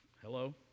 Hello